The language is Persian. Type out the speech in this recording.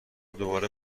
دوباره